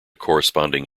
corresponding